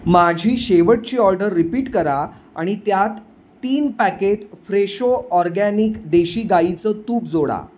माझी शेवटची order repeat करा आणि त्यात तीन पॅकेट फ्रेशो ऑर्गॅनिक देशी गाईचं तूप जोडा